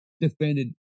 defended